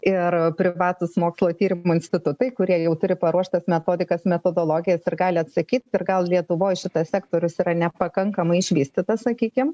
ir privatūs mokslo tyrimų institutai kurie jau turi paruoštas metodikas metodologiją ir gali atsakyt ir gal lietuvoj šitas sektorius yra nepakankamai išvystyta sakykim